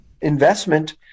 investment